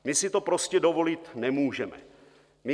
My si to prostě dovolit nemůžeme.